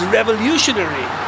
revolutionary